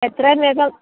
എത്രയും വേഗം